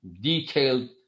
detailed